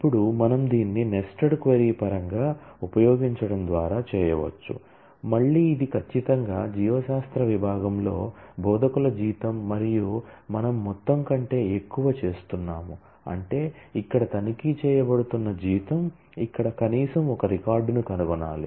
ఇప్పుడు మనం దీన్ని నెస్టెడ్ క్వరీ పరంగా ఉపయోగించడం ద్వారా చేయవచ్చు మళ్ళీ ఇది ఖచ్చితంగా జీవశాస్త్ర విభాగంలో బోధకుల జీతం మరియు మనము మొత్తం కంటే ఎక్కువ చేస్తున్నాము అంటే ఇక్కడ తనిఖీ చేయబడుతున్న జీతం ఇక్కడ కనీసం ఒక రికార్డును కనుగొనాలి